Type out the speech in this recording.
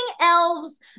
elves